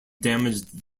damaged